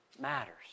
matters